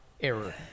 error